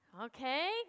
Okay